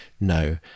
No